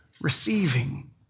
receiving